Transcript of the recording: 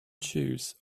choose